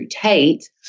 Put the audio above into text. Tate